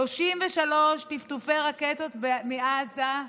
33 טפטפי רקטות מעזה,